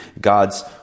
God's